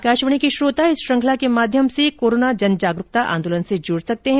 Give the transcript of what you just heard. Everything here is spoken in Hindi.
आकाशवाणी के श्रोता इस श्रृंखला के माध्यम से कोरोना जन जागरुकता आंदोलन से जुड सकते हैं